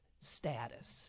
status